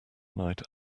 night